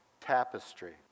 tapestry